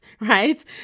Right